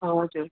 हजुर